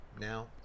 now